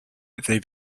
they